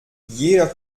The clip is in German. jeder